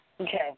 Okay